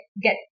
get